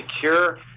secure